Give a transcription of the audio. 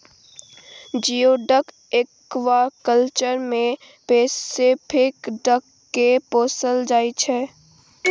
geoduck aquaculture मे Pacific duck केँ पोसल जाइ छै